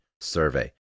survey